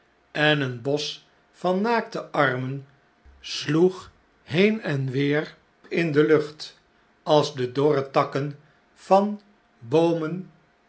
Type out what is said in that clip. en een bosch van naakte amen sloeg heen weer in de lucht als de dorre takken der boomen